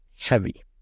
heavy